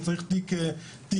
הוא צריך תיק ישוב,